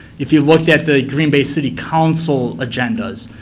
if you've looked at the green bay city council agendas,